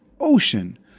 ocean